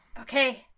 Okay